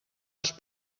els